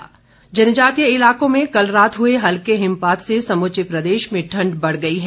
मौसम जनजातीय इलाकों में कल रात हुए हल्के हिमपात से समूचे प्रदेश में ठंड बढ़ गई है